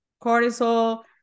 cortisol